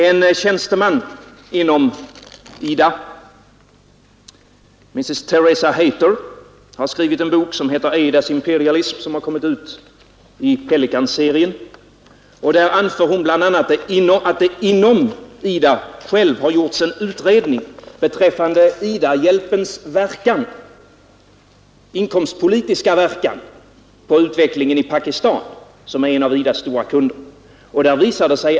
En tjänsteman inom IDA, Mrs. Teresa Hayter, har skrivit en bok som heter Aid as Imperialism, som kommit ut i Pelican-serien. Där anför hon bl.a. att det inom IDA själv har gjorts en utredning beträffande IDA-hjälpens inkomstpolitiska verkan på utvecklingen i Pakistan, som är en av IDA s stora kunder.